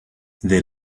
they